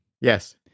yes